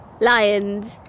lions